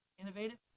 innovative